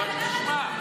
אבל תשמע.